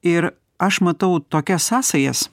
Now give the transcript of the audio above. ir aš matau tokias sąsajas